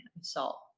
salt